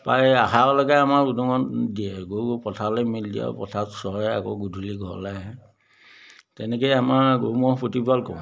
প্ৰায় আহাৰলৈকে আমাৰ উদঙত দিয়ে গৰু পথাৰলৈ মেলি দিয়ে আৰু পথাৰত চৰে আকৌ গধূলি ঘৰলৈ আহে তেনেকৈয়ে আমাৰ গৰু ম'হৰ প্ৰতিপাল কৰোঁ